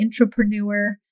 intrapreneur